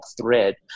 thread